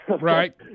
Right